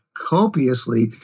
copiously